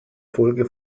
folge